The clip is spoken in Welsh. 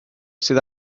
sydd